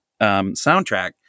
soundtrack